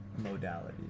modalities